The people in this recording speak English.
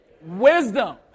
Wisdom